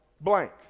blank